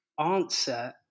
answer